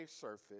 surface